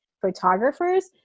photographers